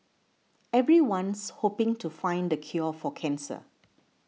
everyone's hoping to find the cure for cancer